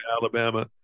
Alabama